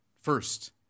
First